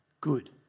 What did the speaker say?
good